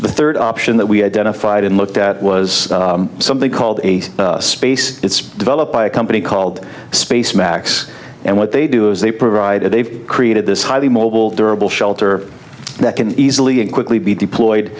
the third option that we identified and looked at was something called a space it's developed by a company called space max and what they do is they provide they've created this highly mobile durable shelter that can easily and quickly be